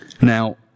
Now